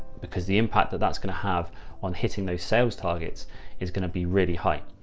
because the impact that that's going to have on hitting those sales targets is going to be really high.